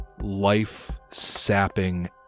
life-sapping